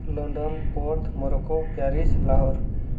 London Morocco Paris Lahore